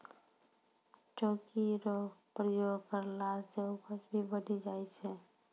चौकी रो प्रयोग करला से उपज भी बढ़ी जाय छै